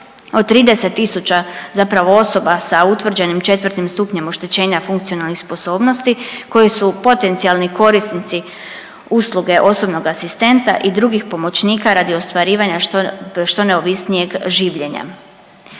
zapravo, osoba sa utvrđenim 4. stupnjem oštećenja funkcionalnih sposobnosti koje su potencijalni korisnici usluge osobnog asistenta i drugih pomoćnika radi ostvarivanja što neovisnijeg življenja.